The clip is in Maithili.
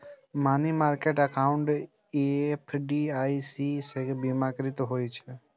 मनी मार्केट एकाउंड एफ.डी.आई.सी सं बीमाकृत होइ छै